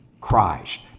Christ